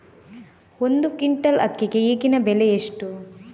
ಒಂದು ಕ್ವಿಂಟಾಲ್ ಅಕ್ಕಿಗೆ ಈಗಿನ ಬೆಲೆ ಎಷ್ಟು?